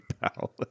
pal